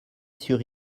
sur